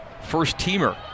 first-teamer